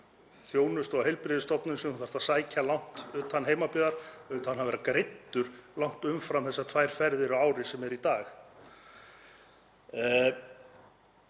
þjónustu á heilbrigðisstofnun sem þú þarft að sækja langt utan heimabyggðar að vera greiddur langt umfram þessar tvær ferðir á ári sem eru í dag.